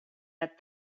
had